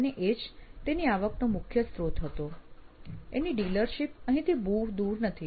અને એ જ તેની આવકનો મુખ્ય સ્ત્રોત હતો એની ડીલરશીપ અહીંથી બહુ દૂર નથી